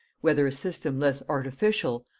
whether a system less artificial,